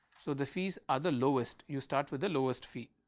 so, the fees are the lowest you start with the lowest fee